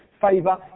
favour